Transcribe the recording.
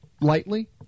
lightly